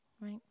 right